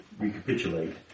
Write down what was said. recapitulate